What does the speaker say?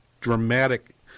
dramatic